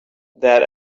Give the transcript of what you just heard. that